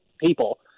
people –